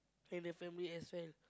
and their family as well